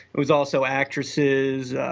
was also actresses,